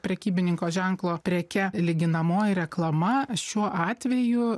prekybininko ženklo preke lyginamoji reklama šiuo atveju